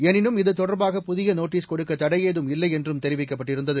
எனினும் இதுதொடர்பாக புதிய நோட்டீஸ் கொடுக்க தடையேதும் இல்லை என்றும் தெரிவிக்கப்பட்டிருந்தது